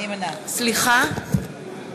אינו נוכח איתן ברושי,